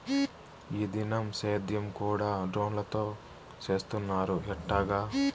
ఈ దినం సేద్యం కూడ డ్రోన్లతో చేస్తున్నారు ఎట్టాగా